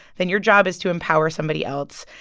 then your job is to empower somebody else.